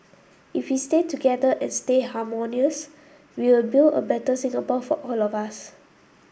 if we stay together and stay harmonious we'll build a better Singapore for all of us